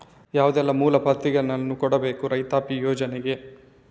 ಯಾವುದೆಲ್ಲ ಮೂಲ ಪ್ರತಿಗಳನ್ನು ಕೊಡಬೇಕು ರೈತಾಪಿ ಯೋಜನೆಗೆ?